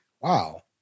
wow